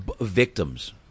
victims